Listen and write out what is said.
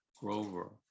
Grover